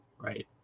Right